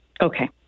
Okay